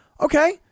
Okay